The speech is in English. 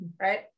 right